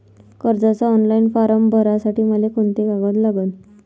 कर्जाचे online form भरासाठी मले कोंते कागद लागन?